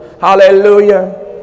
Hallelujah